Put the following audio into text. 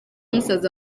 musaza